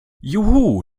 juhu